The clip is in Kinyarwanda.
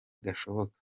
gashoboka